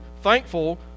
thankful